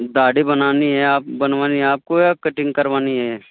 داڑھی بنانی ہے آپ بنوانی ہے آپ کو یا کٹنگ کروانی ہے